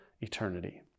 eternity